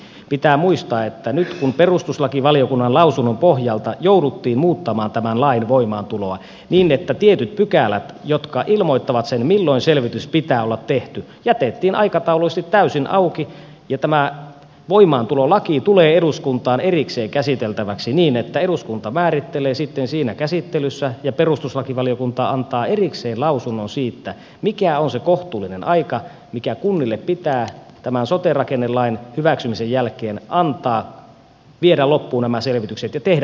pitää muistaa että nyt perustuslakivaliokunnan lausunnon pohjalta jouduttiin muuttamaan tämän lain voimaantuloa niin että tietyt pykälät jotka ilmoittavat sen milloin selvityksen pitää olla tehty jätettiin aikataulullisesti täysin auki ja tämä voimaantulolaki tulee eduskuntaan erikseen käsiteltäväksi niin että eduskunta määrittelee sitten siinä käsittelyssä ja perustuslakivaliokunta antaa erikseen lausunnon siitä mikä on se kohtuullinen aika mikä kunnille pitää tämän sote rakennelain hyväksymisen jälkeen antaa viedä loppuun nämä selvitykset ja tehdä päätökset